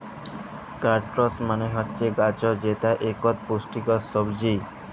carrots মালে হছে গাজর যেট ইকট পুষ্টিকর সবজি